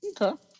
Okay